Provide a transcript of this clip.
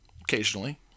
Occasionally